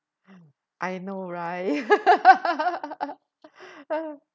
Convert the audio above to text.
I know right